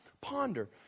Ponder